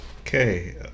Okay